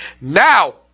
Now